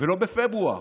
ולא בפברואר.